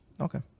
Okay